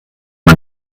man